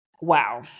Wow